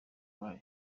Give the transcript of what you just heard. bayo